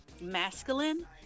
masculine